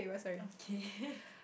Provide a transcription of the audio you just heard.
okay